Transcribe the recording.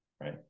right